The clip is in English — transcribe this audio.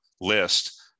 list